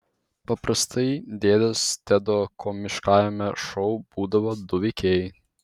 paprastai dėdės tedo komiškajame šou būdavo du veikėjai